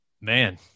Man